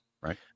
Right